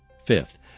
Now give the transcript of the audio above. Fifth